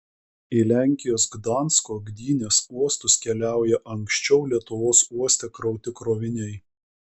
į lenkijos gdansko gdynės uostus keliauja anksčiau lietuvos uoste krauti kroviniai